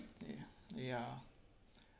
ya ya